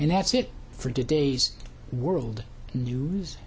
and that's it for days world news